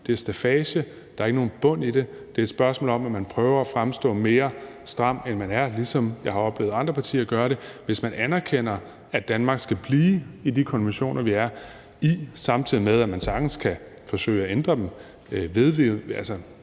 Det er staffage; der er ikke nogen bund i det. Det er et spørgsmål om, at man prøver at fremstå mere stram, end man er, ligesom jeg har oplevet andre partier gøre det. Hvis man anerkender, at Danmark skal blive i de konventioner, vi er i, samtidig med at man sagtens kan forsøge at ændre dem, men